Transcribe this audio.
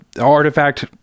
artifact